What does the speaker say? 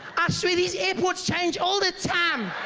i swear these airports change all the time